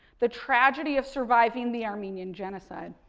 the tragedy of surviving the armenian genocide.